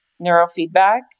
neurofeedback